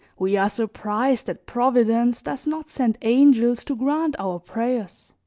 we are surprised that providence does not send angels to grant our prayers